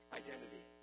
identity